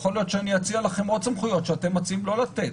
יכול להיות שאני אציע לכם עוד סמכויות שאתם מציעים לא לתת.